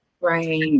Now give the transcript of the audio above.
Right